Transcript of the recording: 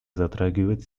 затрагивают